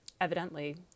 Evidently